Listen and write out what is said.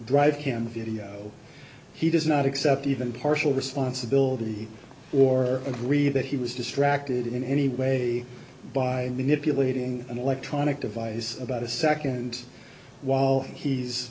drive him video he does not accept even partial responsibility or agree that he was distracted in any way by manipulating an electronic device about a nd wall he's